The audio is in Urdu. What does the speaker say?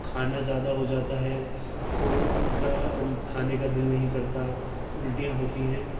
کھانا زیادہ ہو جاتا ہے تو وہ ان کا کھانے کا دل نہیں کرتا الٹیاں ہوتی ہیں